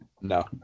no